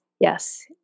Yes